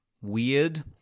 weird